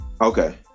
okay